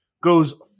goes